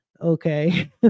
okay